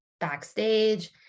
backstage